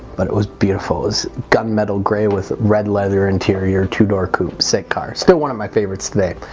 but it was beautiful as gunmetal gray with red leather interior two-door coupe sick car still one of my favorites today.